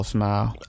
Smile